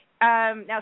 now